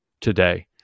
today